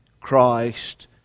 Christ